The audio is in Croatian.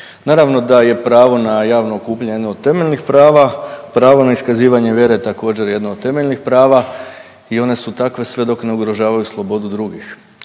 Naravno da je pravo na javno okupljanje jedno od temeljnih prava. Pravo na iskazivanje vjere također je jedno od temeljnih prava i one su takve sve dok ne ugrožavaju slobodu drugih.